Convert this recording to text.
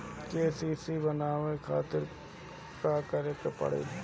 KCC बनवावे खातिर का करे के पड़ी?